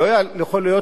לך לקדאפי,